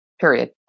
period